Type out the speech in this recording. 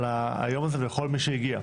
על היום הזה ולכל מי שהגיע.